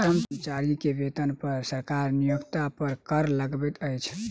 कर्मचारी के वेतन पर सरकार नियोक्ता पर कर लगबैत अछि